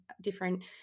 different